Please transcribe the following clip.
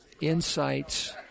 insights